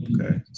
Okay